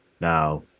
now